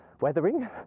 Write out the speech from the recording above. weathering